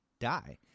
die